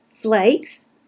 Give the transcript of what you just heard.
Flakes